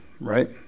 right